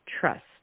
trust